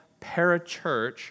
parachurch